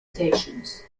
stations